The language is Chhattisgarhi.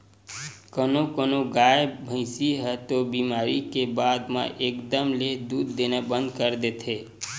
कोनो कोनो गाय, भइसी ह तो बेमारी के बाद म एकदम ले दूद देना बंद कर देथे